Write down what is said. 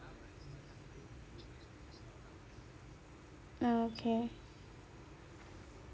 okay